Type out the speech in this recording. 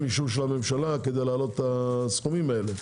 אישור הממשלה כדי להעלות את הסכומים האלה.